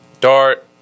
Dart